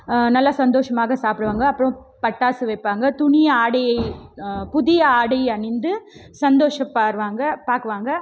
நல்லா சந்தோஷமாக சாப்பிடுவாங்க அப்புறம் பட்டாசு வைப்பாங்க துணி ஆடையை புதிய ஆடை அணிந்து சந்தோஷப்படுவாங்க பார்க்குவாங்க